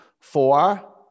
Four